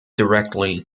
directly